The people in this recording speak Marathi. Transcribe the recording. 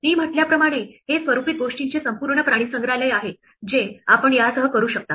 मी म्हटल्याप्रमाणे हे स्वरूपित गोष्टींचे संपूर्ण प्राणीसंग्रहालय आहे जे आपण यासह करू शकता